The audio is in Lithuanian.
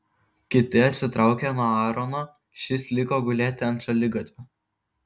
kiti atsitraukė nuo aarono šis liko gulėti ant šaligatvio